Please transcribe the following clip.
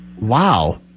Wow